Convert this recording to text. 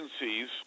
agencies